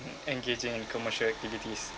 engaging in commercial activities